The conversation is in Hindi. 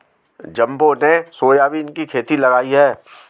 जम्बो ने सोयाबीन की खेती लगाई है